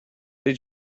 did